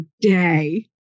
day